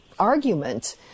argument